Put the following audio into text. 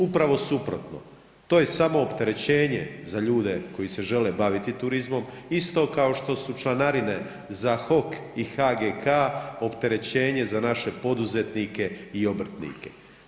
Upravo suprotno, to je samo opterećenje za ljude koji se žele baviti turizmom, isto kao što su članarine za HOK i HGK opterećenje za naše poduzetnike i obrtnike.